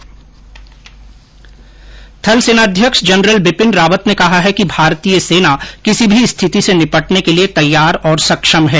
थल सेनाध्यक्ष जनरल विपिन रावत ने कहा है कि भारतीय सेना किसी भी स्थिति से निपटने के लिए तैयार और सक्षम है